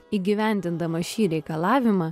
įgyvendindamas šį reikalavimą